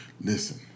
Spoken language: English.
Listen